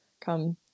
come